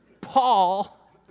Paul